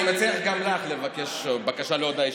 אני מציע גם לך לבקש בקשה להודעה אישית,